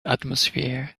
atmosphere